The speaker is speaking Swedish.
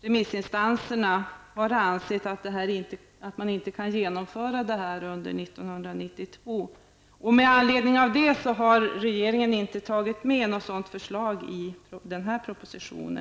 remissinstanserna ansett att man inte kan genomföra det under 1992. Med anledning av detta har regeringen inte tagit med något förslag i denna proposition.